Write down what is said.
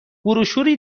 بروشوری